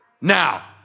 Now